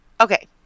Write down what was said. Okay